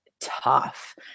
tough